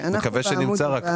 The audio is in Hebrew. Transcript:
נקווה שנמצא רק.